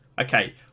Okay